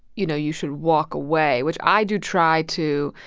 you know, you should walk away, which i do try to,